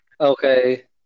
Okay